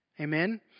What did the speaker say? Amen